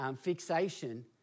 fixation